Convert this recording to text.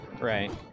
Right